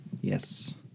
Yes